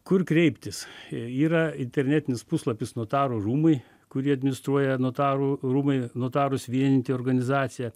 kur kreiptis yra internetinis puslapis notarų rūmai kurį administruoja notarų rūmai notarus vienijanti organizacija